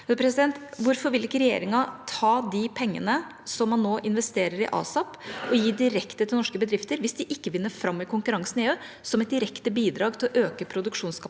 Hvorfor vil ikke regjeringa ta de pengene som man nå investerer i ASAP, og gi dem direkte til norske bedrifter – hvis de ikke vinner fram i konkurransen i EU – som et direkte bidrag til å øke produksjonskapasiteten